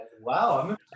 Wow